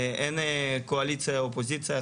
אין קואליציה או אופוזיציה,